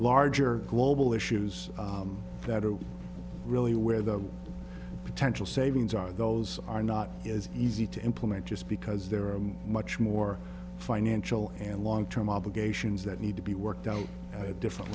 larger global issues that are really where the potential savings are those are not as easy to implement just because there are i'm much more financial and long term obligations that need to be worked out a different